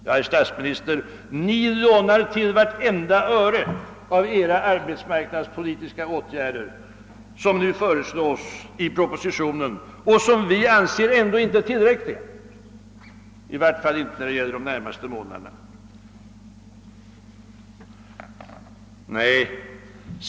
Men, herr statsminister, ni lånar själva vartenda öre till de arbets marknadspolitiska åtgärder som föreslås i årets statsverksproposition. Ändå anser vi att de inte är tillräckliga, i varje fall inte för de närmaste månaderna.